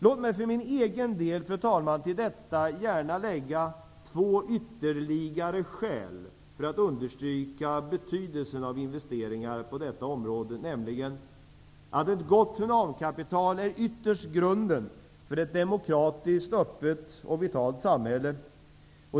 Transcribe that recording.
Låt mig för min egen del till detta gärna lägga två ytterligare skäl för att understryka betydelsen av investeringar på detta område. Ett gott humankapital är ytterst grunden för ett demokratiskt, öppet och vitalt samhälle.